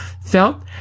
felt